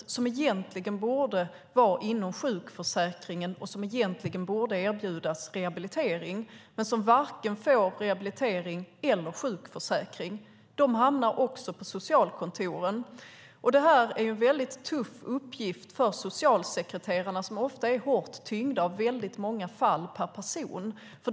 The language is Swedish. De borde egentligen vara inom sjukförsäkringen och erbjudas rehabilitering, men de får varken rehabilitering eller sjukförsäkring. De hamnar också på socialkontoren. Det här är en väldigt tuff uppgift för socialsekreterarna som ofta är hårt tyngda av väldigt många fall per person.